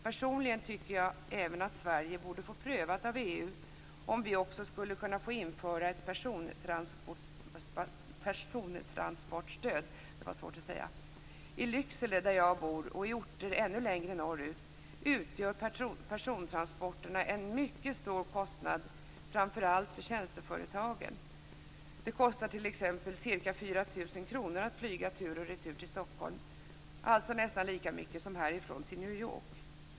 Personligen tycker jag även att Sverige borde få prövat av EU om vi också skulle kunna få införa ett persontransportstöd. I Lycksele, där jag bor, och i orter ännu längre norrut utgör persontransporterna en mycket stor kostnad framför allt för tjänsteföretagen. Det kostar t.ex. ca 4 000 kr att flyga tur och retur till Stockholm, alltså nästan lika mycket som härifrån till New York.